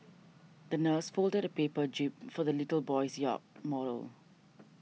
the nurse folded a paper jib for the little boy's yacht model